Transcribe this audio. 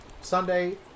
Sunday